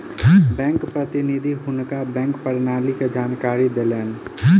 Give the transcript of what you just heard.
bank प्रतिनिधि हुनका bank प्रणाली के जानकारी देलैन